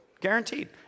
Guaranteed